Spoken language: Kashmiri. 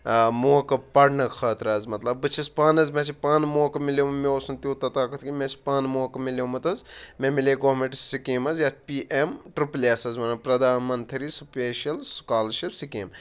موقعہٕ پرنہٕ خٲطرٕ حظ مطلب بہٕ چھُس پٲنہٕ حظ مےٚ حظ چھُ پٲنہٕ موقعہٕ مِلیومُت مےٚ اوس نہٕ تیوٗتاہ طاقت کیٛنٚہہ مےٚ چھُ پٲنہٕ موقعہٕ مِلیومُت حظ مےٚ مِلے گورمینٹ سکیٖم حظ یتھ پۍ ایم ٹرپُل ایس حظ ونان پردھہان منتٕرۍ سُپیشَل سُکالَرشپ سِکیٖم